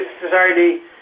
society